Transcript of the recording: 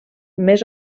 més